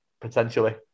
Potentially